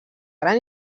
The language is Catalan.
gran